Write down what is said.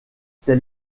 c’est